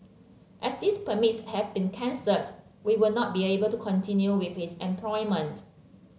as these permits have been cancelled we would not be able to continue with his employment